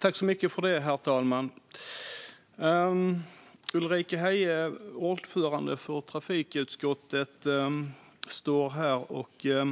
Herr talman! Ulrika Heie som är ordförande i trafikutskottet står, som jag tolkar det,